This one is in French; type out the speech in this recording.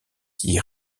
qui